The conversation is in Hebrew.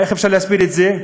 איך אפשר להסביר את זה?